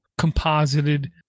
composited